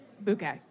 bouquet